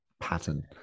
pattern